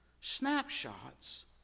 snapshots